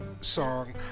song